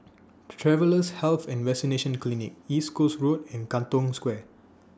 Travellers' Health and Vaccination Clinic East Coast Road and Katong Square